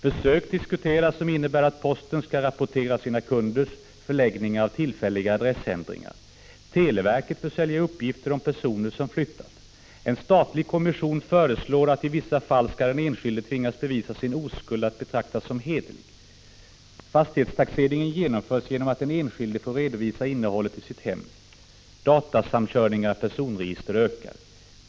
Försök diskuteras som innebär att posten skall rapportera om sina kunders förläggningar av tillfälliga adressändringar. Televerket försäljer uppgifter om personer som flyttat. En statlig kommission föreslår att den enskilde i vissa fall skall tvingas bevisa sin oskuld för att betraktas som hederlig. Fastighetstaxeringen genomförs genom att den enskilde får redovisa innehållet i sitt hem. Datasamkörningar av personregister ökar.